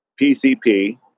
PCP